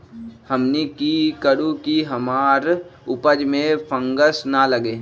हमनी की करू की हमार उपज में फंगस ना लगे?